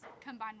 combined